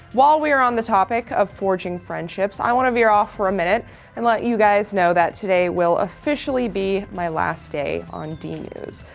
while we are on the topic of forging friendships, i wanna veer off for a minute and let you guys know that today will officially be my last day on dnews.